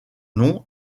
nom